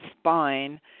spine